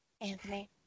Anthony